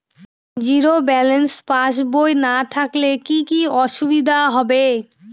Zero balance পাসবই না থাকলে কি কী অসুবিধা হবে?